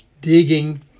digging